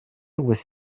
was